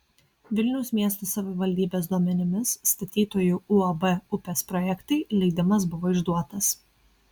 vilniaus miesto savivaldybės duomenimis statytojui uab upės projektai leidimas buvo išduotas